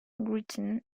written